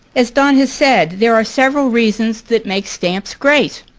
as don has said there are several reasons that make stamps great.